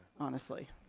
honestly.